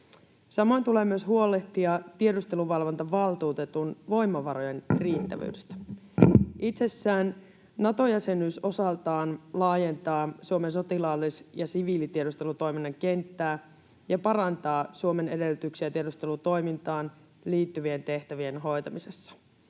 Samoin tulee huolehtia tiedusteluvalvontavaltuutetun voimavarojen riittävyydestä. Itsessään Nato-jäsenyys osaltaan laajentaa Suomen sotilaallisen ja siviilitiedustelutoiminnan kenttää ja parantaa Suomen edellytyksiä tiedustelutoimintaan liittyvien tehtävien hoitamisessa.